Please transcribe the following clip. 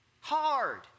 hard